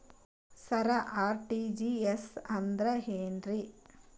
ಸರ RTGS ಅಂದ್ರ ಏನ್ರೀ?